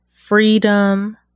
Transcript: freedom